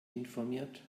informiert